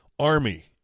Army